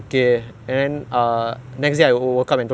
orh after that the dream just woke up